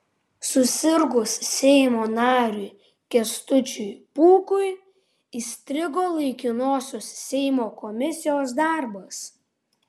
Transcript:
susirgus seimo nariui kęstučiui pūkui įstrigo laikinosios seimo komisijos darbas